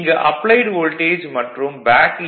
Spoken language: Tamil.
இங்கு அப்ளைட் வோல்டேஜ் மற்றும் பேக் ஈ